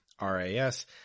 RAS